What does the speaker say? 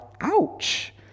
ouch